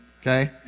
Okay